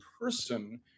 person